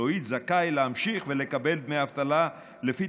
מקצועית זכאי להמשיך לקבל דמי אבטלה לפי